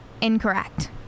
incorrect